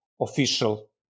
official